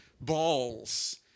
balls